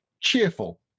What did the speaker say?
Cheerful